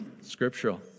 scriptural